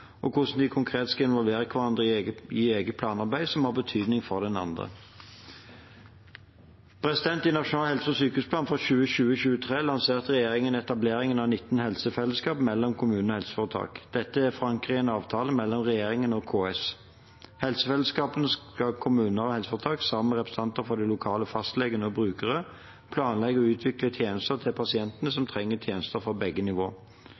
og hvordan de konkret skal involvere hverandre i eget planarbeid som har betydning for den andre. I Nasjonal helse- og sykehusplan for 2020–2023 lanserte regjeringen etableringen av 19 helsefellesskap mellom kommuner og helseforetak. Dette er forankret i en avtale mellom regjeringen og KS. I helsefellesskapene skal kommuner og helseforetak, sammen med representanter fra den lokale fastlegen og brukere, planlegge og utvikle tjenester til pasientene som trenger tjenester fra begge